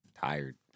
tired